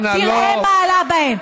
אנא, לא, תראה מה עלה בה.